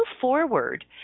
forward